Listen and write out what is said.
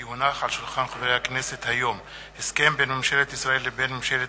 כי הונח היום על שולחן הכנסת הסכם בין ממשלת ישראל לבין ממשלת